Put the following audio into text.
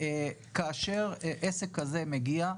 כאשר עסק כזה מגיע,